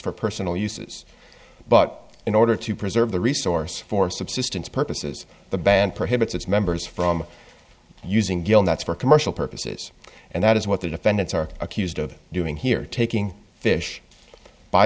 for personal uses but in order to preserve the resource for subsistence purposes the band prohibits its members from using gill nets for commercial purposes and that is what the defendants are accused of doing here taking fish by